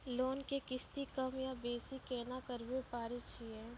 Loan के किस्ती कम या बेसी केना करबै पारे छियै?